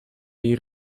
jej